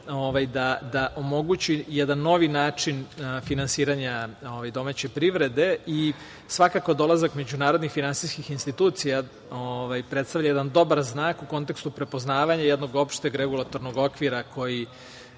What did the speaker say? da omogući jedan novi način finansiranja domaće privrede i svakako dolazak međunarodnih finansijskih institucija predstavlja jedan dobar znak, u kontekstu prepoznavanja jednog opšteg regulatornog okvira koji